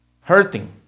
hurting